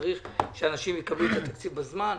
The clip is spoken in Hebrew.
שהאנשים יקבלו את התקציב בזמן.